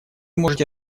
можете